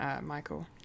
Michael